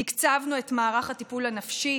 תקצבנו את מערך הטיפול הנפשי